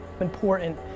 important